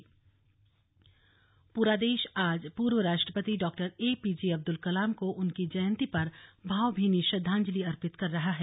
कलाम जयंती पूरा देश आज पूर्व राष्ट्रपति डॉक्टर एपीजे अब्दुल कलाम को उनकी जयंती पर भावभीनी श्रद्वांजलि अर्पित कर रहा है